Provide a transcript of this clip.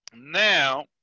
Now